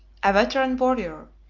a veteran warrior,